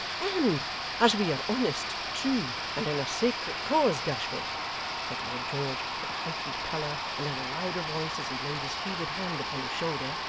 and as we are honest, true, and in a sacred cause, gashford said lord george with a heightened colour and in a louder voice, as he laid his fevered hand upon his shoulder,